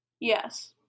Yes